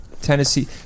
tennessee